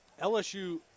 LSU